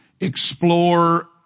explore